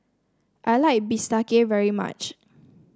I like bistake very much